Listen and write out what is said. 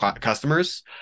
customers